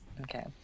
Okay